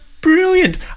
brilliant